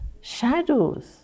shadows